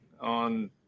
on